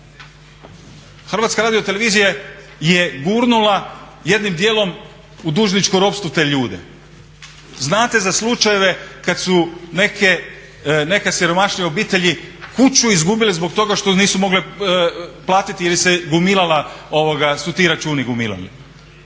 odvjetničkom uredu. HRT je gurnula jednim djelom u dužničko ropstvo te ljude. Znate za slučajeve kad su neke siromašnije obitelji kuću izgubile zbog toga što nisu mogle platiti, jer im se gomilala